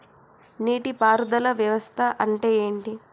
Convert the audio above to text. నీటి పారుదల వ్యవస్థ అంటే ఏంటి?